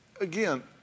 again